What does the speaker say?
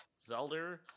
Zelda